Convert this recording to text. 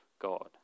God